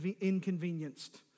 inconvenienced